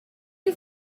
you